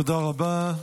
תודה רבה.